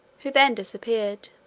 who then disappeared.